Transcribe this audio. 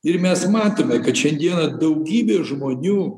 ir mes matome kad šiandieną daugybė žmonių